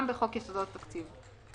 גם בחוק יסודות התקציב.